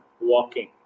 walking